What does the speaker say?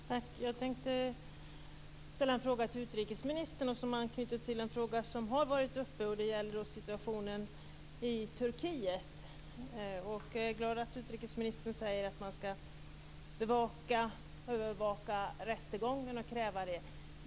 Fru talman! Jag vill ställa en fråga till utrikesministern. Den har anknytning till något som har varit uppe till diskussion, nämligen situationen i Turkiet. Utrikesministern säger att man skall kräva att få övervaka den kommande rättegången.